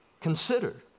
considered